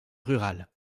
rurale